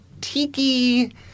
tiki